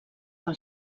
pel